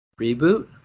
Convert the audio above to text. Reboot